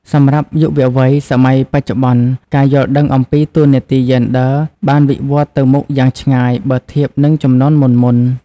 សម្រាប់យុវវ័យសម័យបច្ចុប្បន្ន ការយល់ដឹងអំពី តួនាទីយេនឌ័រ បានវិវត្តន៍ទៅមុខយ៉ាងឆ្ងាយបើធៀបនឹងជំនាន់មុនៗ។